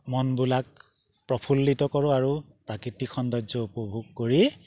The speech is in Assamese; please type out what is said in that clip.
মনবিলাক প্ৰফুল্লিত কৰোঁ আৰু প্ৰাকৃতিক সৌন্দৰ্য উপভোগ কৰি